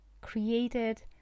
created